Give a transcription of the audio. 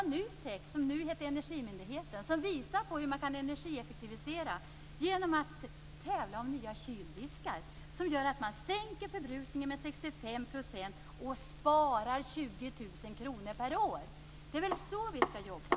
NUTEK, som nu heter energimyndigheten, har visat hur man kan energieffektivisera genom att tävla om nya kyldiskar som gör att man sänker förbrukningen med 65 % och sparar 20 000 kr per år. Det är väl så vi skall jobba!